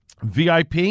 VIP